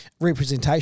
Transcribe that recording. representation